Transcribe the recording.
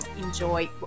enjoy